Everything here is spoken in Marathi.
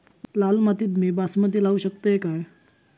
लाल मातीत मी बासमती लावू शकतय काय?